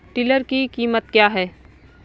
Tiller की कीमत क्या है?